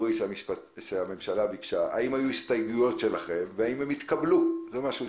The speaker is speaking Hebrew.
ביקשה היו הסתייגויות שלכם והאם הן התקבלו.